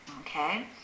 Okay